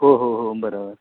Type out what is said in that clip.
हो हो हो बरोबर